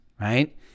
right